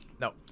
No